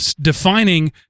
defining